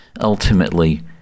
ultimately